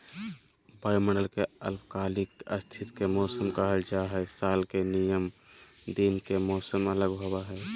वायुमंडल के अल्पकालिक स्थिति के मौसम कहल जा हई, साल के नियत दिन के मौसम अलग होव हई